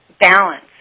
balance